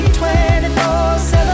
24-7